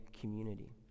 community